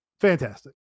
fantastic